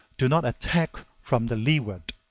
do not attack from the leeward.